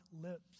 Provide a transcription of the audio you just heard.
lips